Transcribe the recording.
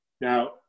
Now